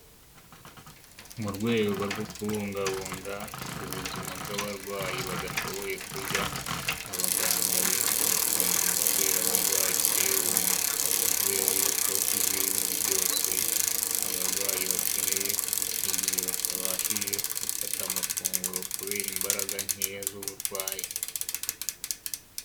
Mu rwego rwo kubungabunga ubuzima bw'abarwayi badashoboye kurya, abaganga benshi bakunze gutera abarwayi serumu, kubera yuko iba irimo byose abarwayi bakeneye, igihe batabashije gufata amafunguro kubera imbaraga nkeya z'uburwayi.